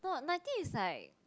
not ninety is like